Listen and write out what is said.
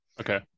Okay